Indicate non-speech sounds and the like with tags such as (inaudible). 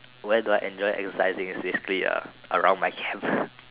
where do I enjoy exercising is basically around my camp (laughs)